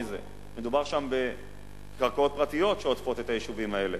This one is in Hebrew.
מדובר שם בקרקעות פרטיות שעוטפות את היישובים האלה.